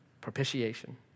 Propitiation